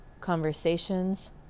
conversations